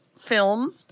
film